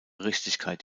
richtigkeit